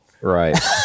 right